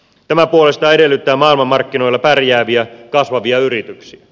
tämä puolestaan edellyttää maailmanmarkkinoilla pärjääviä kasvavia yrityksiä